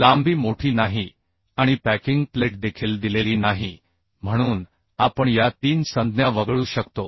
लांबी मोठी नाही आणि पॅकिंग प्लेट देखील दिलेली नाही म्हणून आपण या तीन संज्ञा वगळू शकतो